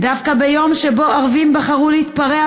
ודווקא ביום שבו ערבים בחרו להתפרע